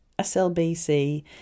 slbc